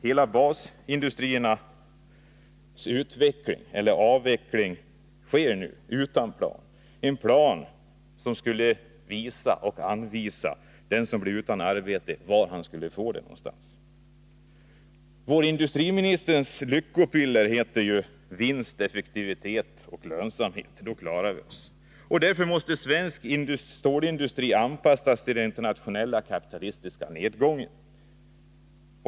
Hela basindustrins utveckling, eller avveckling, sker utan plan — en plan som skulle visa och anvisa den som blir utan arbete var någonstans han kan få det. Vår industriministers lyckopiller heter vinst, effektivitet och lönsamhet. Med det klarar vi oss. Därför måste svensk stålindustri anpassas till den internationella kapitalistiska nedgången.